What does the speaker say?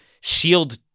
shield